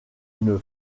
une